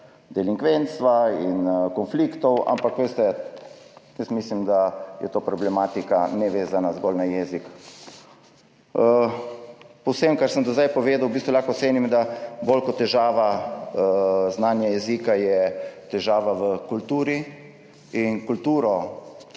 delinkventnosti in konfliktov. Ampak veste, jaz mislim, da je to problematika, ne vezana zgolj na jezik. Po vsem, kar sem do zdaj povedal, v bistvu lahko ocenim, da je bolj kot znanje jezika težava v kulturi. Kulturo,